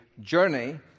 journey